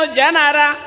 Janara